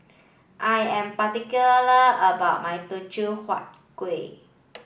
I am particular about my Teochew Huat Kueh